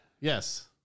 Yes